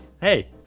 Hey